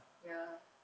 ya